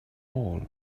all